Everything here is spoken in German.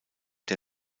der